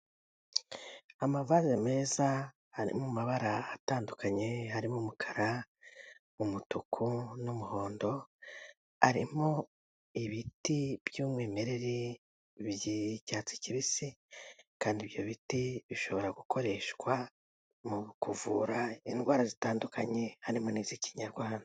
Amavaze meza ari mu mabara atandukanye, harimo umukara, umutuku n'umuhondo, arimo ibiti by'umwimerere by'icyatsi kibisi kandi ibyo biti bishobora gukoreshwa mu kuvura indwara zitandukanye harimo n'iz'ikinyarwanda.